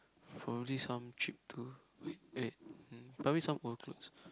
for only some cheap tool wait wait mm probably some old clothes